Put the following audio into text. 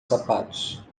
sapatos